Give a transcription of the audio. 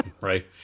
right